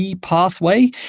pathway